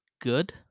good